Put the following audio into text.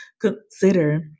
consider